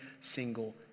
single